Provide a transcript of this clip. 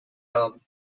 home